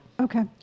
Okay